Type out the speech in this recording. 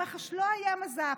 למח"ש לא היה מז"פ.